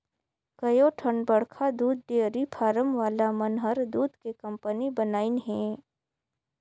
कयोठन बड़खा दूद डेयरी फारम वाला मन हर दूद के कंपनी बनाईंन हें